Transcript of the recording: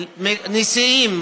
נשיאים,